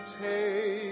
take